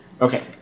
Okay